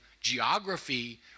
geography